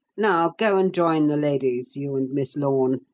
now go and join the ladies, you and miss lorne,